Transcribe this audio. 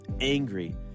angry